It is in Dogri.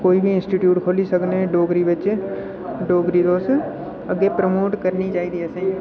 कोई बी इंसीटीटूट खोह्ल्ली सकने डोगरी बिच्च डोगरी तुस अग्गै प्रमोट करनी चाहिदी ऐ